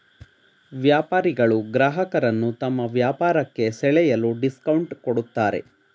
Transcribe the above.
ವ್ಯಾಪಾರಿಗಳು ಗ್ರಾಹಕರನ್ನು ತಮ್ಮ ವ್ಯಾಪಾರಕ್ಕೆ ಸೆಳೆಯಲು ಡಿಸ್ಕೌಂಟ್ ಕೊಡುತ್ತಾರೆ